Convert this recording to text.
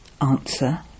Answer